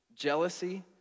Jealousy